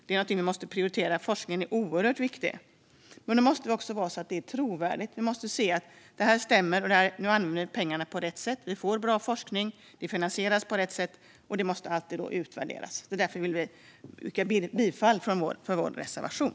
Det är något vi måste prioritera, då forskningen är oerhört viktig. Men det måste också vara trovärdigt. Vi måste kunna se att det stämmer och att pengarna används på rätt sätt, att vi får bra forskning som finansieras på rätt sätt. Och det måste alltid utvärderas. Därför yrkar jag bifall till vår reservation.